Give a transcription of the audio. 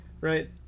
right